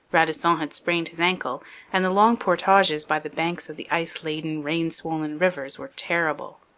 radisson had sprained his ankle and the long portages by the banks of the ice-laden, rain-swollen rivers were terrible.